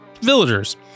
villagers